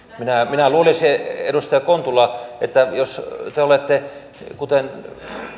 minä minä luulisin edustaja kontula että jos te olette kuten